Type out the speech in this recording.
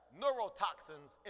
neurotoxins